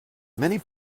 many